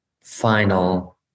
final